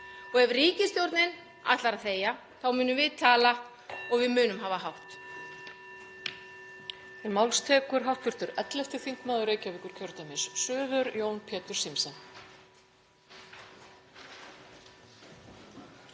Og ef ríkisstjórnin ætlar að þegja munum við tala og við munum hafa hátt.